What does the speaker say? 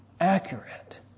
accurate